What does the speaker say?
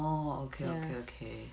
orh okay okay okay